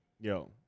Yo